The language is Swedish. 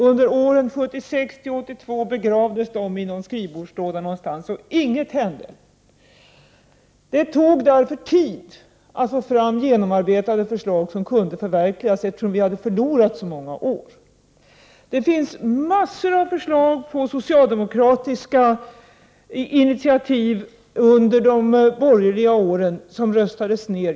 Under åren 1976-1982 begravdes det i någon skrivbordslåda någonstans och inget hände. Det tog därför tid att få fram genomarbetade förslag som kunde förverkligas, eftersom vi hade förlorat så många år. Det fanns under de borgerliga åren mängder av förslag på socialdemokratiska initiativ som röstades ner.